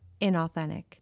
inauthentic